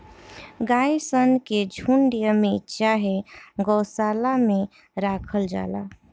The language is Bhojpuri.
गाय सन के झुण्ड में चाहे गौशाला में राखल जाला